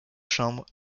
chambres